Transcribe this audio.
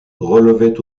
relevait